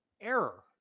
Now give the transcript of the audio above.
error